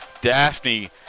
Daphne